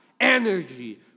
energy